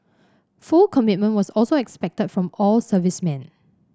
full commitment was also expected from all servicemen